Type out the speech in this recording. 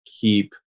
keep